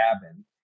cabin